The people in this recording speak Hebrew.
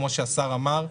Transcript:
כמו שהשר אמר,